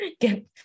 get